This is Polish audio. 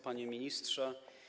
Panie Ministrze!